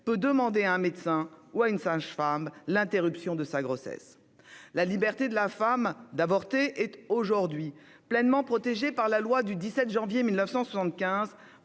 peut demander à un médecin ou à une sage-femme l'interruption de sa grossesse [...]». La liberté de la femme d'avorter est, aujourd'hui, pleinement protégée par la loi du 17 janvier 1975